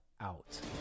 out